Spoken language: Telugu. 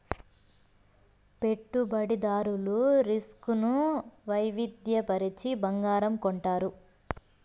పెట్టుబడిదారులు రిస్క్ ను వైవిధ్య పరచి బంగారం కొంటారు